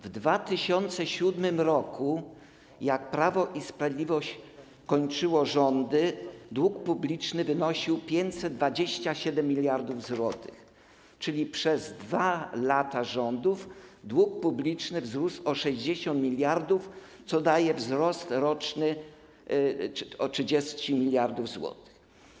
W 2007 r., gdy Prawo i Sprawiedliwość kończyło rządy, dług publiczny wynosił 527 mld zł, czyli przez 2 lata rządów dług publiczny wzrósł o 60 mld zł, co daje wzrost roczny o 30 mld zł.